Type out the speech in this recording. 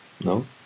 no